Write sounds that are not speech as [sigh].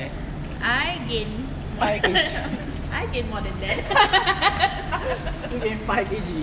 five K_G [laughs] you gain five K_G